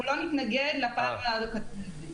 אנחנו לא נתנגד לפער קטן.